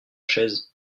chaises